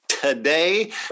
today